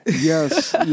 Yes